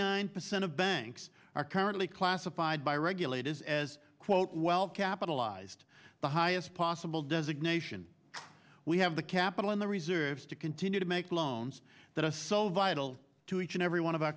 nine percent of banks are currently classified by regulators as quote well capitalized the highest possible designation we have the capital in the reserves to continue to make loans that are so vital to each and every one of our